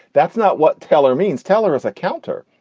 that's not what teller means, teller as a counter.